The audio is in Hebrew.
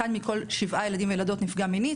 אחד מכל שבעה ילדים וילדות נפגע מינית